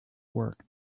work